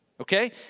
Okay